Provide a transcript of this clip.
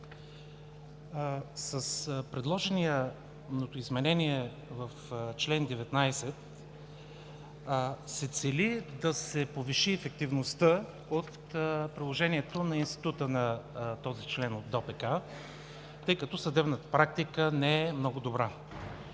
С предложеното изменение в чл. 19 се цели да се повиши ефективността от приложението на института на този член от ДОПК, тъй като съдебната практика не е много добра.